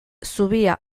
zubia